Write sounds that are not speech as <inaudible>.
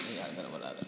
<unintelligible>